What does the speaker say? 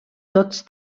tots